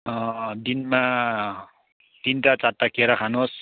दिनमा तिनवटा चारवटा केरा खानुहोस्